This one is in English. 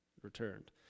returned